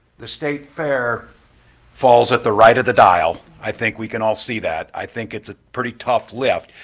the state fair falls at the right of the dial, i think we can all see that, i think it's a pretty tough lift.